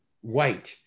white